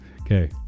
Okay